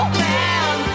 man